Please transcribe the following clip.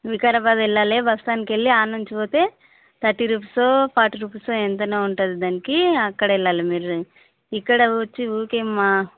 వికారాబాద్ వెళ్ళాలి బస్ స్టాండ్కి వెళ్ళి ఆడ నుంచి పోతే థర్టీ రూపీసో ఫార్టీ రూపీసో ఎంతనో ఉంటుంది దానికి అక్కడికి వెళ్ళాలి మీరు ఇక్కడు వచ్చి ఊరికే మా